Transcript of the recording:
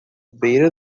beira